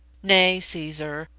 nay, caesar,